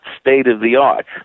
state-of-the-art